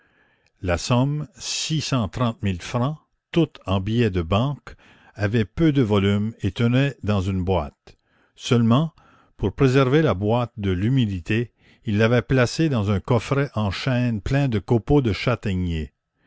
la somme six cent trente mille francs toute en billets de banque avait peu de volume et tenait dans une boîte seulement pour préserver la boîte de l'humidité il l'avait placée dans un coffret en chêne plein de copeaux de châtaignier